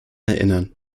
erinnern